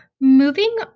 moving